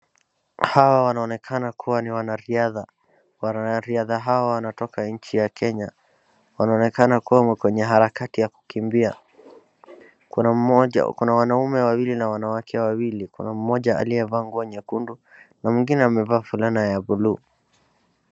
Hawa wanaonekana kuwa ni wanariadha. Wanariadha hawa wanatoka nchi ya Kenya. Wanaonekana kuwa kwenye harakati ya kukimbia. Kuna wanaume wawili na wanawake wawili kuna mmoja aliyevaa nguo nyekundu na mwingine amevaa fulana ya bluu.